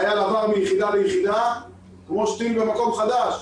חייל עבר מיחידה ליחידה, ראש טיל במקום חדש.